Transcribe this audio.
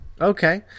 Okay